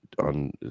on